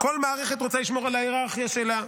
כל מערכת רוצה לשמור על ההיררכיה שלה,